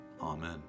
Amen